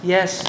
Yes